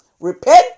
repent